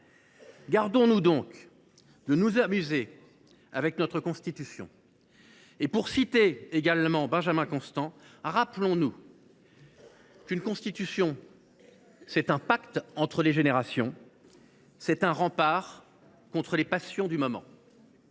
Gardons nous donc de nous amuser avec notre Constitution… Citons également Benjamin Constant, pour qui une Constitution est un pacte entre les générations et un rempart contre les passions du moment.